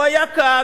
הוא היה כאן,